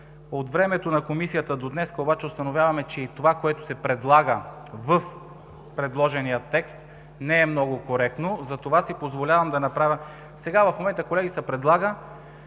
От времето на Комисията до днес обаче установяваме, че и това, което се предлага в предложения текст, не е много коректно, затова си позволявам да направя… Сега в момента, колеги, се предлага,